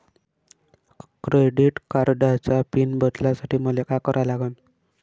Credit कार्डाचा pin बदलासाठी मले का करा लागन?